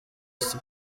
ice